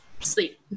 sleep